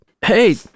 hey